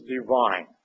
divine